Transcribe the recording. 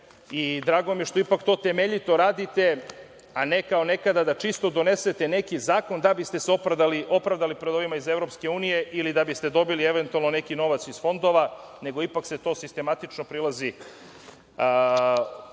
tome. Drago mi je što to ipak temeljito radite, a ne kao nekada da čisto donesete neki zakon da biste se opravdali pred ovima iz EU ili da biste dobili eventualno neki novac iz fondova, nego ipak se sistematično prilazi izradi